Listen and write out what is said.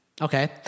Okay